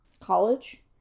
college